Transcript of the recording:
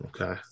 okay